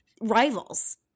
rivals